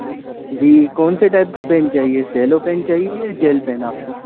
जी कौनसे टाइप का पेन चाहिए सैलो पेन चाहिए या जेल पेन चाहिए आपको